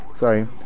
Sorry